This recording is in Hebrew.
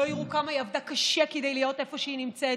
לא יראו כמה היא עבדה קשה כדי להיות איפה שהיא נמצאת,